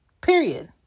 Period